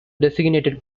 designated